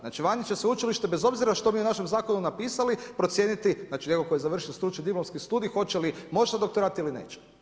Znači vani će sveučilište, bez obzira što mi u našem zakonu napisali, procijeniti, znači netko tko je završio stručni diplomski studij, hoće li moći na doktorat ili neće.